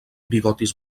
bigotis